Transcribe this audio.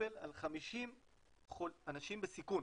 לטפל על 50 אנשים בסיכון,